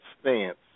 stance